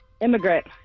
Immigrant